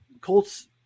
colts